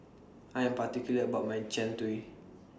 I Am particular about My Jian Dui